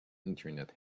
internet